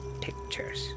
Pictures